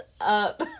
up